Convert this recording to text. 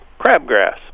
crabgrass